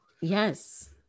Yes